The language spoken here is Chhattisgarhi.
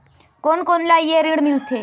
कोन कोन ला ये ऋण मिलथे?